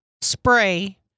spray